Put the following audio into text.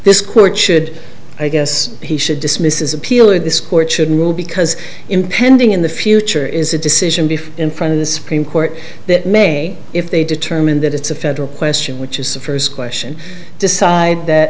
this court should i guess he should dismiss is appealing this court should rule because impending in the future is a decision before in front of the supreme court that may if they determine that it's a federal question which is the first question decide that